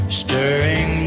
stirring